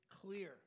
clear